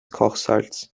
kochsalz